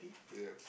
yup